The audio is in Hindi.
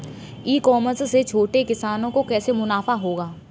ई कॉमर्स से छोटे किसानों को कैसे मुनाफा होगा?